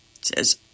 says